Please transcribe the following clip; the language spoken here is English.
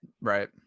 right